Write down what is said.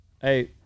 Hey